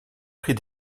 prix